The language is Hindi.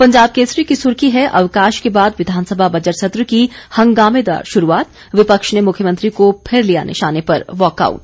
पंजाब केसरी की सुर्खी है अवकाश के बाद विधानसभा बजट सत्र की हंगामेदार शुरूआत विपक्ष ने मुख्यमंत्री को फिर लिया निशाने पर वाकआउट